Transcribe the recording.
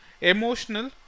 emotional